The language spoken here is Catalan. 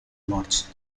morts